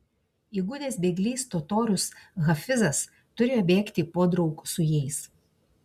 įgudęs bėglys totorius hafizas turėjo bėgti podraug su jais